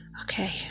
Okay